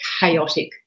chaotic